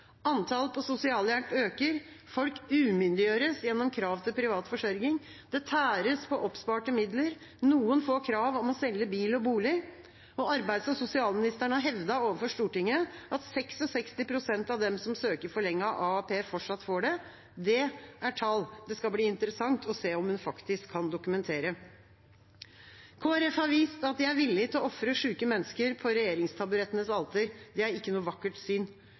Antall på sosialhjelp øker. Folk umyndiggjøres gjennom krav til privat forsørging. Det tæres på oppsparte midler, noen får krav om å selge bil og bolig. Arbeids- og sosialministeren har hevdet overfor Stortinget at 66 pst. av dem som søker forlenget AAP, fortsatt får det. Det er tall det skal bli interessant å se om hun faktisk kan dokumentere. Kristelig Folkeparti har vist at de er villig til å ofre sjuke mennesker på regjeringstaburettenes alter. Det er ikke noe vakkert syn.